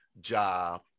job